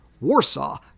Warsaw